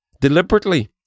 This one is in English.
deliberately